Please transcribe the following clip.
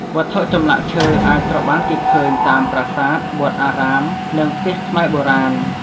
វត្ថុចម្លាក់ឈើអាចត្រូវបានគេឃើញ តាមប្រាសាទ វត្តអារាម និងផ្ទះខ្មែរបុរាណ។